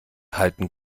halten